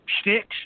Sticks